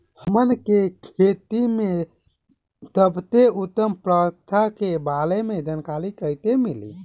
हमन के खेती में सबसे उत्तम प्रथा के बारे में जानकारी कैसे मिली?